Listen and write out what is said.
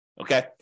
okay